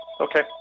okay